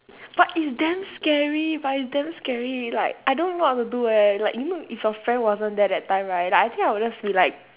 but it's damn scary but it's damn scary like I don't even know what to do eh like you know if your friend wasn't there that time right like I think I will just be like